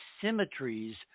symmetries